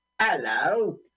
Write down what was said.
Hello